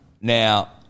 Now